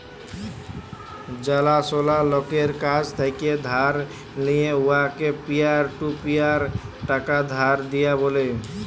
জালাশলা লকের কাছ থ্যাকে ধার লিঁয়ে উয়াকে পিয়ার টু পিয়ার টাকা ধার দিয়া ব্যলে